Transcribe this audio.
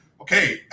okay